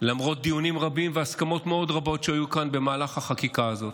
למרות דיונים רבים והסכמות מאוד רבות שהיו כאן במהלך החקיקה הזאת.